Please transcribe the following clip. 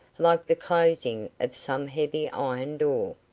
like the closing of some heavy iron door.